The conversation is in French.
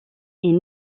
est